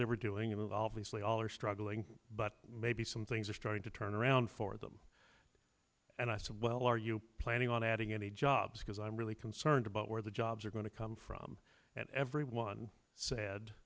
they were doing a valve easily all are struggling but maybe some things are starting to turn around for them and i said well are you planning on adding any jobs because i'm really concerned about where the jobs are going to come from and everyone said